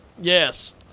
Yes